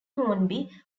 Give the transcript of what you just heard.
hornby